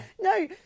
no